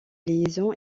liaison